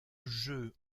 jeu